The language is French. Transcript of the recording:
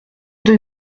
deux